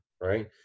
right